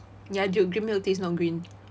ya dude green milk tea is not green